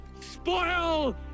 spoil